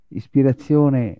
ispirazione